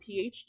PhD